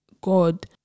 God